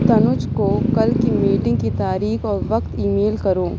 تنوج کو کل کی میٹنگ کی تاریخ اور وقت ای میل کرو